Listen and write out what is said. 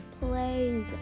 plays